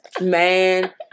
man